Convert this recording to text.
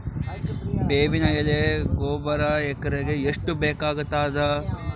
ಬೇವಿನ ಎಲೆ ಗೊಬರಾ ಎಕರೆಗ್ ಎಷ್ಟು ಬೇಕಗತಾದ?